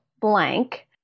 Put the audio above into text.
blank